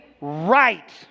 right